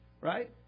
Right